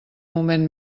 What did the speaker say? moment